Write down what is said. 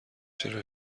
چرا